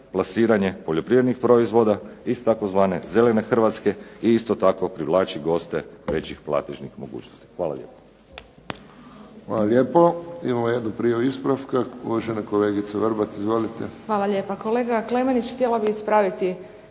plasiranje poljoprivrednih proizvoda iz tzv. zelene Hrvatske i isto tako privlači goste većih platežnih mogućnosti. Hvala lijepa. **Friščić, Josip (HSS)** Hvala lijepo. Imamo jednu prijavu ispravka, uvažena kolegica Vrbat. Izvolite. **Vrbat Grgić, Tanja (SDP)** Hvala lijepa. Kolega Klemenić, htjela bih ispraviti